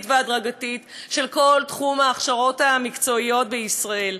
והדרגתית של כל תחום ההכשרות המקצועיות בישראל.